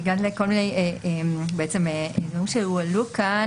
בגלל עניינים שהועלו כאן,